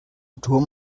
turm